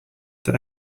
that